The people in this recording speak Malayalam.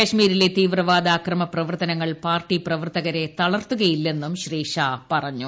കാശ്മീരിലെ തീവ്രവാദ അക്രമ പ്രവർത്തനങ്ങൾ പാർട്ടി പ്രവർത്തകരെ തളർത്തുകയില്ലെന്നും ഷാ പറഞ്ഞു